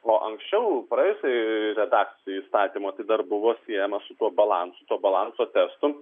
o anksčiau praėjusioj redakcijoj įstatymo tai dar buvo siejama su kuo balansu to balanso testu